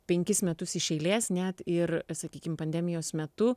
penkis metus iš eilės net ir sakykim pandemijos metu